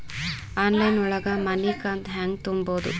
Online ಒಳಗ ಮನಿಕಂತ ಹ್ಯಾಂಗ ತುಂಬುದು?